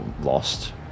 lost